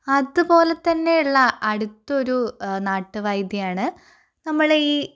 അതുപോലെത്തന്നെയുള്ള അടുത്തയൊരു നാട്ടുവൈദ്യമാണ് നമ്മൾ ഈ